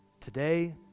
today